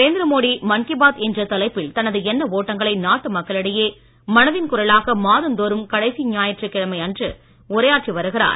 நரேந்திரமோடி மன் கீ பாத் என்ற தலைப்பில் தனது எண்ண ஓட்டங்களை நாட்டு மக்களிடையே மனதின் குரலாக மாதந்தோறும் கடைசி ஞாயிற்று கிழமையன்று உரையாற்றி வருகிறார்